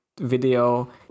video